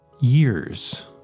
years